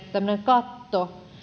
katto